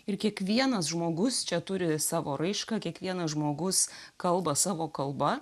ir kiekvienas žmogus čia turi savo raišką kiekvienas žmogus kalba savo kalba